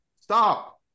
stop